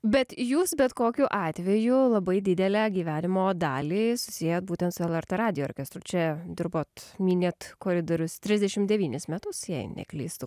bet jūs bet kokiu atveju labai didelę gyvenimo dalį susiejot būtent su lrt radijo orkestru čia dirbot mynėt koridorius trisdešim devynis metus jei neklystu